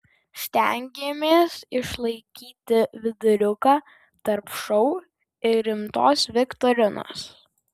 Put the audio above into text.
stengėmės išlaikyti viduriuką tarp šou ir rimtos viktorinos